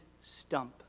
stump